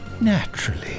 Naturally